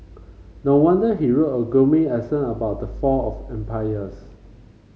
no wonder he wrote a gloomy essay about the fall of empires